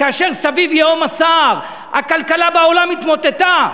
כאשר סביב ייהום הסער: הכלכלה בעולם התמוטטה,